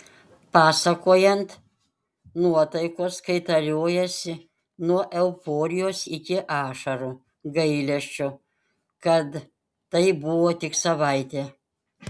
pasakojant nuotaikos kaitaliojosi nuo euforijos iki ašarų gailesčio kad tai buvo tik savaitė